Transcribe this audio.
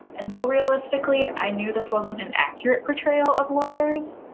and though realistically i knew this wasn't an accurate portrayal of lawyers,